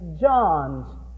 John's